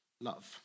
love